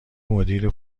مدیر